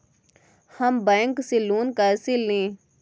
हम बैंक से लोन कैसे लें?